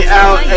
out